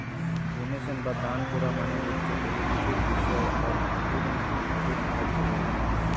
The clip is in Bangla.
ডোনেশন বা দান কোরা মানে হচ্ছে কুনো কিছুর বিষয় অর্থনৈতিক ভাবে সাহায্য কোরা